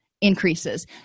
increases